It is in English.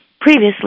previously